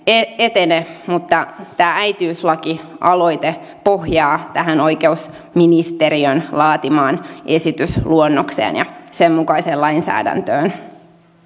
ei etene mutta tämä äitiyslakialoite pohjaa tähän oikeusministeriön laatimaan esitysluonnokseen ja sen mukaiseen lainsäädäntöön